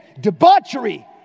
debauchery